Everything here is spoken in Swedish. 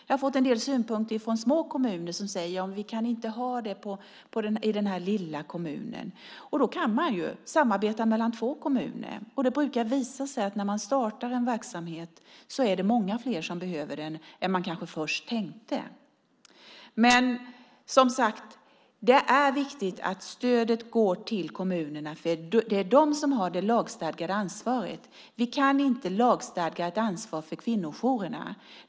Jag har fått en del synpunkter från små kommuner som säger att man inte kan ha det i den lilla kommunen. Då kan man ju samarbeta mellan två kommuner. Det brukar visa sig att när man startar en verksamhet är det många fler som behöver den än man kanske först tänkte. Men, som sagt, det är viktigt att stödet går till kommunerna eftersom det är de som har det lagstadgade ansvaret. Vi kan inte lagstadga ett ansvar för kvinnojourerna.